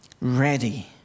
ready